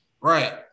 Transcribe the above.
Right